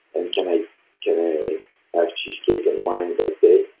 and can i can i have cheesecake and wine that day?